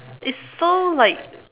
it's so like